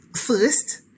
first